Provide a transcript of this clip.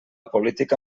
política